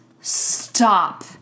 stop